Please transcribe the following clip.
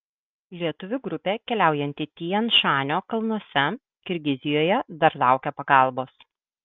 lietuvių grupė keliaujanti tian šanio kalnuose kirgizijoje dar laukia pagalbos